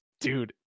Dude